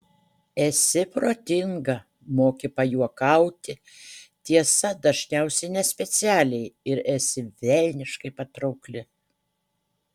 esi protinga moki pajuokauti tiesa dažniausiai nespecialiai ir esi velniškai patraukli